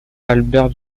albert